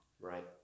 Right